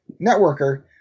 networker